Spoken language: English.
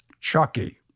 Chucky